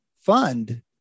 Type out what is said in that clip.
fund